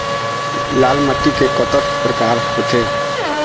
लाल माटी के कतक परकार होथे?